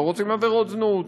לא רוצים עבירות זנות,